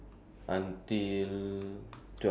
you can start entering at six